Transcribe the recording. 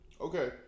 Okay